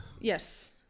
yes